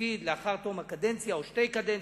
התפקיד לאחר תום קדנציה או שתי קדנציות,